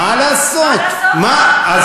מה לעשות, מה לעשות.